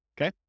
okay